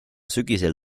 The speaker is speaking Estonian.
sügisel